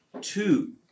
Two